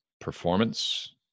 performance